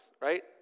right